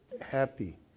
happy